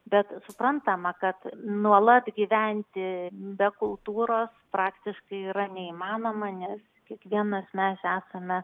bet suprantama kad nuolat gyventi be kultūros praktiškai yra neįmanoma nes kiekvienas mes esame